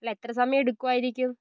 അല്ല എത്ര സമയം എടുക്കുവായിരിക്കും